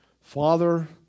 Father